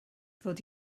ddod